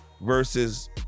versus